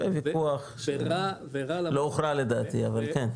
אין וויכוח, לא הוכרע לדעתי, אבל כן.